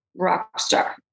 Rockstar